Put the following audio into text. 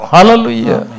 Hallelujah